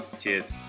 cheers